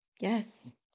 Yes